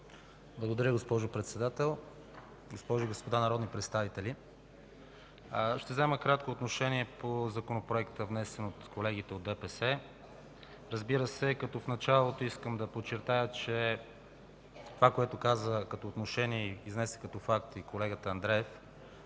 Благодаря, госпожо Председател. Госпожи и господа народни представители, ще взема кратко отношение по Законопроекта, внесен от колегите от ДПС. Разбира се, в началото искам да подчертая, че заставам зад всяка казана дума от това, което каза като отношение и изнесе като факти колегата Андреев.